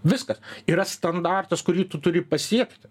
viskas yra standartas kurį tu turi pasiekti